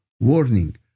warning